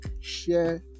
share